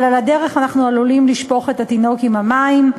אבל על הדרך אנחנו עלולים לשפוך את התינוק עם המים.